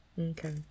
Okay